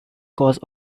cause